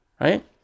right